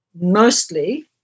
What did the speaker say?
mostly